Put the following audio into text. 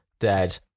dead